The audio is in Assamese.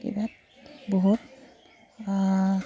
কিবা বহুত